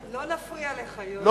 לא נפריע לך, יואל.